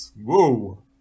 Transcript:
whoa